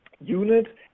unit